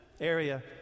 area